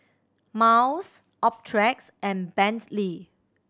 Miles Optrex and Bentley